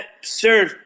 sure